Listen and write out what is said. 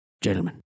gentlemen